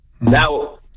Now